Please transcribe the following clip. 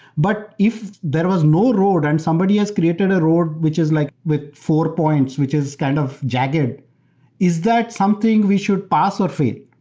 but if there was no road and um somebody has created a road, which is like with four points, which is kind of jagged, is that something we should pass or fail?